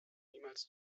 niemals